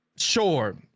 sure